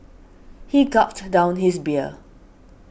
he gulped down his beer